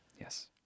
Yes